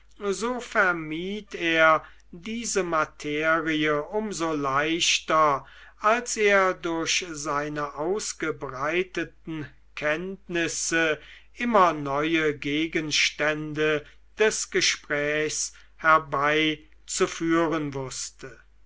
so vermied er diese materie um so leichter als er durch seine ausgebreiteten kenntnisse immer neue gegenstände des gesprächs herbeizuführen wußte